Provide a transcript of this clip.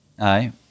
Aye